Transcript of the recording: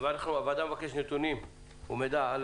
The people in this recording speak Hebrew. הוועדה מבקשת נתונים ומידע על